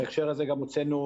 בהקשר הזה גם הוצאנו